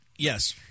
Yes